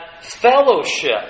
fellowship